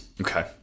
okay